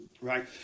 right